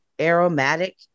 aromatic